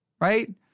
right